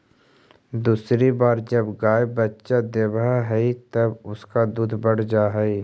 दूसरी बार जब गाय बच्चा देवअ हई तब उसका दूध बढ़ जा हई